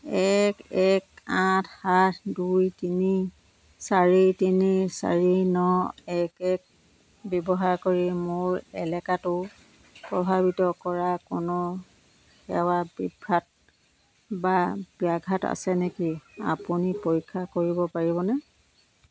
এক এক আঠ সাত দুই তিনি চাৰি তিনি চাৰি ন এক এক ব্যৱহাৰ কৰি মোৰ এলেকাটো প্ৰভাৱিত কৰা কোনো সেৱা বিভ্ৰাট বা ব্যাঘাত আছে নেকি আপুনি পৰীক্ষা কৰিব পাৰিবনে